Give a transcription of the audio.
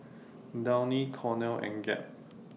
Downy Cornell and Gap